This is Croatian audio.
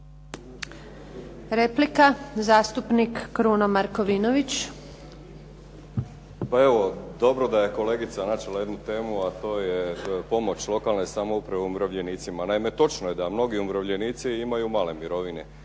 **Markovinović, Krunoslav (HDZ)** Pa evo, dobro da je kolegica načela jednu temu, a to je pomoć lokalne samouprave umirovljenicima. Naime, točno je da mnogi umirovljenici imaju male mirovine